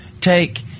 take